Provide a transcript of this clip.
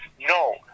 No